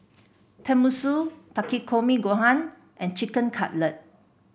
Tenmusu Takikomi Gohan and Chicken Cutlet